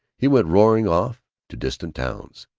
he went roaring off to distant towns.